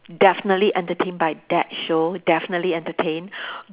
definitely entertained by that show definitely entertained